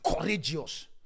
courageous